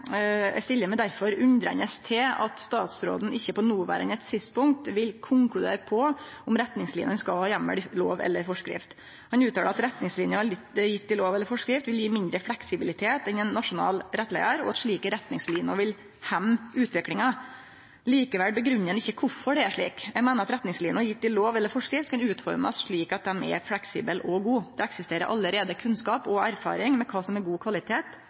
stiller meg derfor undrande til at statsråden ikkje på noverande tidspunkt vil konkludere på om retningslinene skal ha heimel i lov eller forskrift. Han uttalar at retningsliner gjevne i lov eller forskrift vil gje mindre fleksibilitet enn ein nasjonal rettleiar, og at slike retningsliner vil hemje utviklinga. Likevel grunngjev han ikkje kvifor det er slik. Eg meiner at retningsliner gjevne i lov eller forskrift kan utformast slik at dei er fleksible og gode. Det eksisterer allereie kunnskap og erfaring med kva som er god kvalitet